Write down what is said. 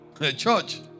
church